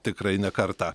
tikrai ne kartą